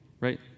right